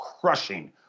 crushing